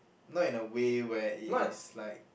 not in a way where it is like